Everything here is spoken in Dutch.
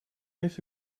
heeft